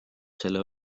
selle